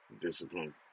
discipline